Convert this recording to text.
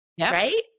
right